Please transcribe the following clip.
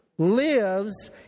lives